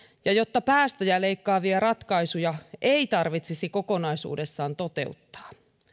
ja jotta päästöjä leikkaavia ratkaisuja ei tarvitsisi kokonaisuudessaan toteuttaa